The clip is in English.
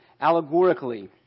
allegorically